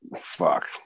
fuck